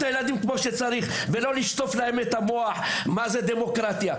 הילדים כמו שצריך ולא תשטפו להם את המוח בהסברים על מה היא דמוקרטיה.